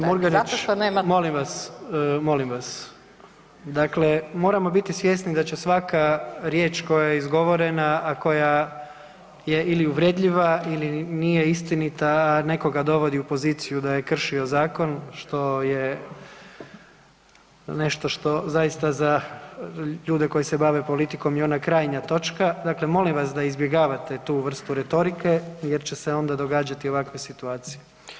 Kolegice Murganić, molim vas, molim vas, dakle moramo biti svjesni da će svaka riječ koja je izgovorena, a koja je ili uvredljiva ili nije istinita, a nekoga dovodi u poziciju da je kršio zakon što je nešto što zaista za ljude koji se bave politikom je ona krajnja točka, dakle molim vas da izbjegavate tu vrstu retorike jer će se onda događati ovakve situacije.